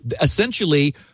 Essentially